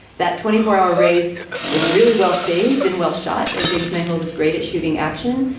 that twenty four hour race is really well staged and well shot. and james mangold is great at shooting action.